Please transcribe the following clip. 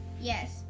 Yes